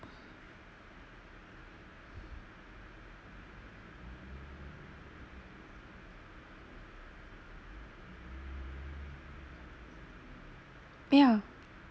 ya